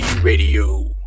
Radio